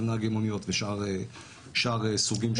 גם נהגי מוניות וגם שאר סוגים של עובדים.